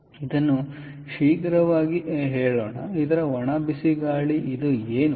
ಆದ್ದರಿಂದ ಇದನ್ನು ಶೀಘ್ರವಾಗಿ ಬರೆಯೋಣ ಇದರ ಒಣ ಬಿಸಿ ಗಾಳಿ ಇದು ಏನು